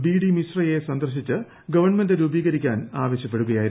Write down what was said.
ബിഫ്രി്മിശ്രയെ സന്ദർശിച്ച് ഗവൺമെന്റ് രൂപീകരിക്കാൻ ആവശ്യപ്പെടുകൃയായിരുന്നു